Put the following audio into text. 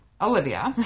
olivia